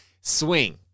swing